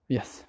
Yes